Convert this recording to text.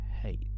Hate